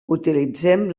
utilitzem